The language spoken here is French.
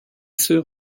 sœur